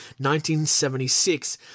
1976